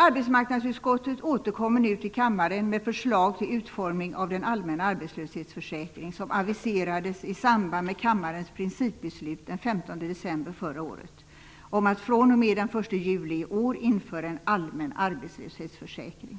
Arbetsmarknadsutskottet återkommer nu till kammaren med förslag till utformning av den allmänna arbetslöshetsförsäkring som aviserades i samband med kammarens principbeslut den 15 december förra året om att fr.o.m. den 1 juli i år införa en allmän arbetslöshetsförsäkring.